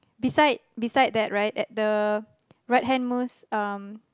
beside beside that right at the righthand most um